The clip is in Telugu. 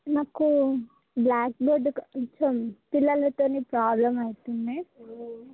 మాకు బ్లాక్ బోర్డ్ కొంచెం పిల్లలతోని ప్రాబ్లం అవుతున్నాయి